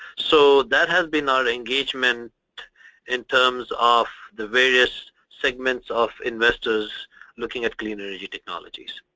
so that has been our engagement in terms of the various segments of investors looking at clean energy technologies.